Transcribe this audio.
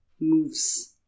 moves